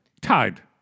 Tied